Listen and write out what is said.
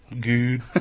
good